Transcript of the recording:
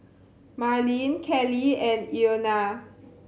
Marleen Kellie and Ilona